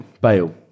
Bale